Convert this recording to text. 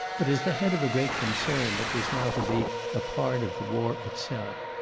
but as the head of a great concern that was now to be a part of the war itself.